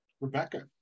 Rebecca